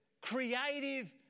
creative